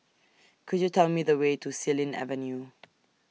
Could YOU Tell Me The Way to Xilin Avenue